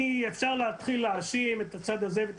אפשר להתחיל להאשים את הצד הזה ואת